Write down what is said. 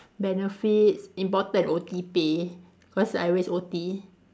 benefits important O_T pay cause I always O_T